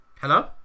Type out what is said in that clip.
Hello